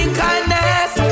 kindness